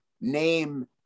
name